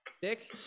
dick